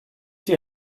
die